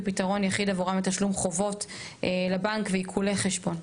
כאמצעי יחיד עבורם לתשלום חובות לבנק ועיקולי חשבון.